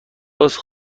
عذر